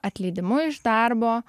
atleidimu iš darbo